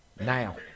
now